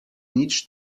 nič